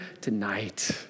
tonight